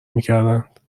میکردند